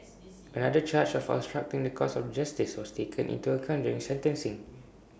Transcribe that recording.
another charge of obstructing the course of justice was taken into account during sentencing